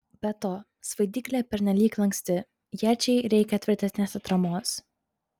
be to svaidyklė pernelyg lanksti iečiai reikia tvirtesnės atramos